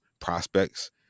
prospects